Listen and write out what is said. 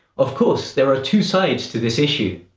of course, there are two sides to this issue.